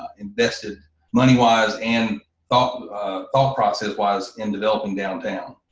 invested money wise and thought ah process was in developing downtown.